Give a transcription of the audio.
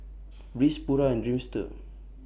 Breeze Pura and Dreamster